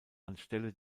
anstelle